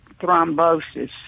thrombosis